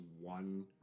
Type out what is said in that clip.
one